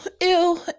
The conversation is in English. ew